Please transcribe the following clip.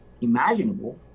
imaginable